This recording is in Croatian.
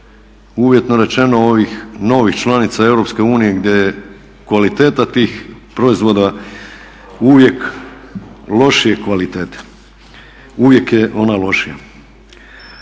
uvjetno rečeno ovih novih članica Europske unije gdje je kvaliteta tih proizvoda uvijek lošije kvalitete, uvijek je ona lošija.